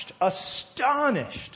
Astonished